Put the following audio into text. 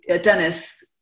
Dennis